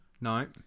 No